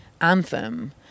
anthem